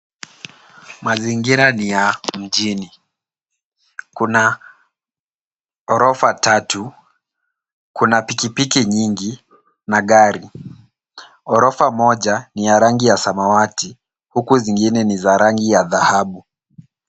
Mazingira ni ya mjini. Kuna ghorofa tatu, kuna pikipiki nyingi na gari. Ghorofa moja ni ya rangi ya samawati huku zingine ni za rangi ya dhahabu.